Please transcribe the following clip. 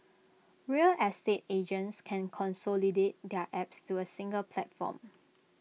real estate agents can consolidate their apps to A single platform